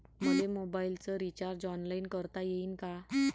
मले मोबाईलच recharge online करता येईन का?